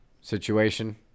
situation